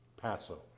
PASO